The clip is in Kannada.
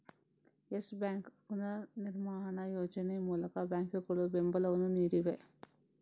ಯೆಸ್ ಬ್ಯಾಂಕ್ ಪುನರ್ನಿರ್ಮಾಣ ಯೋಜನೆ ಮೂಲಕ ಬ್ಯಾಂಕುಗಳು ಬೆಂಬಲವನ್ನು ನೀಡಿವೆ